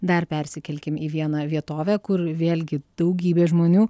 dar persikelkim į vieną vietovę kur vėlgi daugybė žmonių